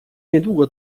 niedługo